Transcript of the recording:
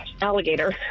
Alligator